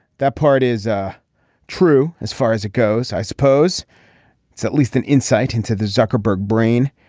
that part is ah true as far as it goes i suppose it's at least an insight into the zuckerberg brain.